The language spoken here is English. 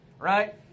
right